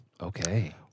Okay